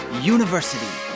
University